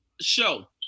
show